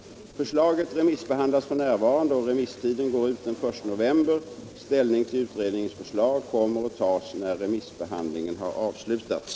Förslaget remissbehandlas f. n., och remisstiden går ut den I november. Ställning till utredningens förslag kommer att tas när remissbehandlingen har avslutats.